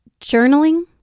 journaling